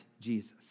Jesus